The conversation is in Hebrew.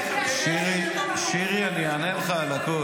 איך הם יממנו?